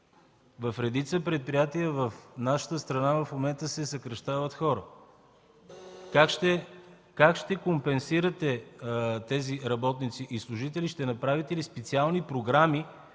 В редица предприятия в нашата страна в момента се съкращават хора. Как ще компенсирате тези работници и служители? Ще направите ли специални програми